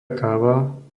káva